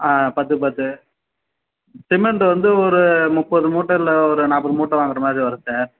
ஆ பத்துக்கு பத்து சிமெண்ட் வந்து ஒரு முப்பது மூட்டை இல்லை ஒரு நாற்பது மூட்டை வாங்கிற மாதிரி வரும் சார்